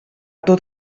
tot